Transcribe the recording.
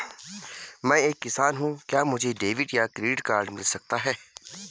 मैं एक किसान हूँ क्या मुझे डेबिट या क्रेडिट कार्ड मिल सकता है?